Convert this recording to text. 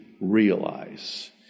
realize